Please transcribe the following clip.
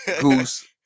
Goose